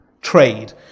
trade